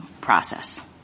process